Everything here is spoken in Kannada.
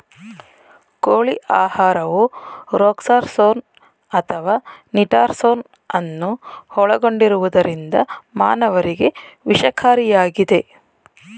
ಕೋಳಿ ಆಹಾರವು ರೊಕ್ಸಾರ್ಸೋನ್ ಅಥವಾ ನಿಟಾರ್ಸೋನ್ ಅನ್ನು ಒಳಗೊಂಡಿರುವುದರಿಂದ ಮಾನವರಿಗೆ ವಿಷಕಾರಿಯಾಗಿದೆ